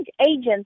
agents